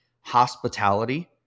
hospitality